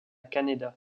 canéda